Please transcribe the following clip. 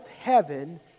heaven